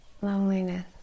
loneliness